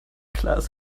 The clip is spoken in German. klaas